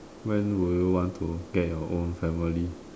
when will you want to get your own family